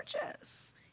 gorgeous